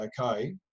okay